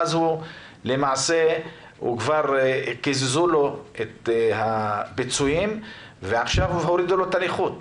ואז למעשה כבר קיזזו לו את הפיצויים ועכשיו הורידו לו את אחוזי הנכות.